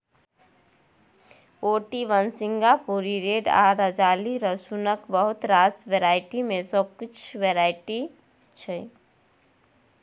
Ooty one, सिंगापुरी red आ राजाली रसुनक बहुत रास वेराइटी मे सँ किछ वेराइटी छै